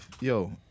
yo